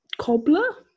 cobbler